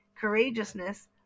courageousness